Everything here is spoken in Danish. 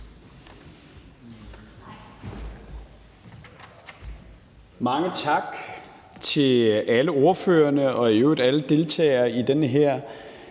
Mange tak til alle ordførerne og i øvrigt alle deltagere i den her